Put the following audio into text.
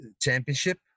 championship